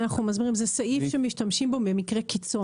זה סעיף שאנחנו משתמשים בו במקרי קיצון,